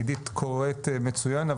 עידית קוראת מצוין,